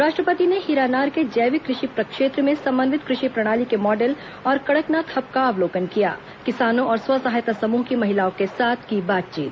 राष्ट्रपति ने हीरानार के जैविक कृषि प्रक्षेत्र में समन्वित कृषि प्रणाली के मॉडल और कड़कनाथ हब का अवलोकन किया किसानों और स्व सहायता समूह की महिलाओं के साथ की बातचीत